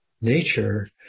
nature